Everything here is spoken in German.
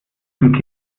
müssen